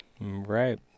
Right